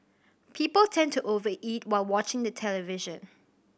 people tend to over eat while watching the television